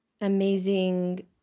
amazing